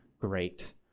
great